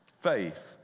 faith